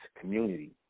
community